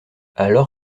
alors